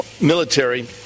military